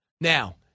Now